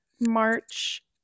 March